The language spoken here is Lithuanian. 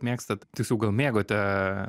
mėgstat tiksliau gal mėgote